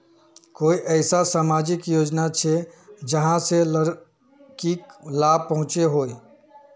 कोई ऐसा सामाजिक योजना छे जाहां से लड़किक लाभ पहुँचो हो?